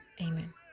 Amen